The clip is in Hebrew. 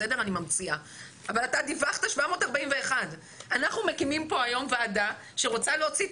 אבל אתה דיווחת 741. אנחנו מקימים פה היום ועדה שרוצה להוציא את